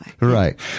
Right